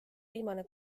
viimane